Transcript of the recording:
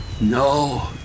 No